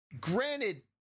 Granted